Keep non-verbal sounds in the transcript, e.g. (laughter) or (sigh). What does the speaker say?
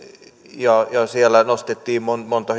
ja siellä nostettiin monta (unintelligible)